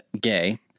gay